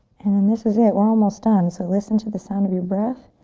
and then this is it. we're almost done so listen to the sound of your breath.